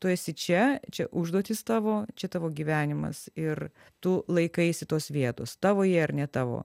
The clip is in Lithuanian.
tu esi čia čia užduotys tavo čia tavo gyvenimas ir tu laikaisi tos vietos tavo ji ar ne tavo